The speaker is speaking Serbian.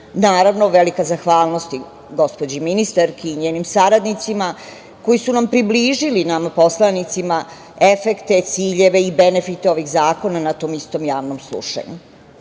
velika zahvalnost i gospođi ministarki i njenim saradnicima koji su nam približili, nama poslanicima, efekte, ciljeve i benefite ovih zakona na tom istom javnom slušanju. Sva